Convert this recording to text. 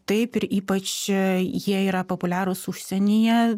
taip ir ypač jie yra populiarūs užsienyje